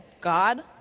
God